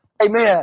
Amen